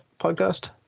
podcast